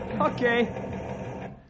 Okay